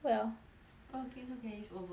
oh okay is okay it's over 完了